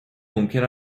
ممکن